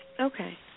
Okay